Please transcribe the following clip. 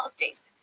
updates